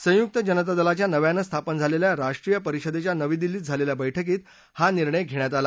संयुक्त जनता दलाच्या नव्यानं स्थापन झालेल्या राष्ट्रीय परिषदेच्या नवी दिल्ली इथं झालेल्या बस्कीत हा निर्णय घेण्यात आला